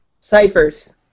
ciphers